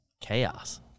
chaos